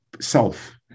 self